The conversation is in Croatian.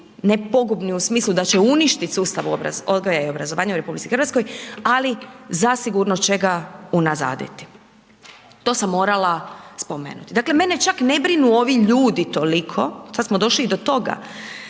ne pogubni u smislu da će uništit sustav odgoja i obrazovanja u RH ali zasigurno će ga unazaditi, to sam morala spomenuti. Dakle mene čak ne brinu ovi ljudi toliko, sad smo došli i do toga